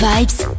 Vibes